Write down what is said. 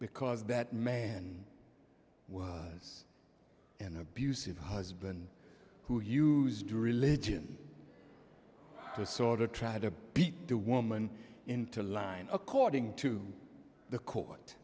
because that man was an abusive husband who used to religion to sort of try to beat the woman into line according to the court